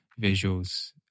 visuals